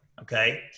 okay